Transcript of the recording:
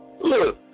Look